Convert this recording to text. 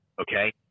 okay